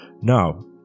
Now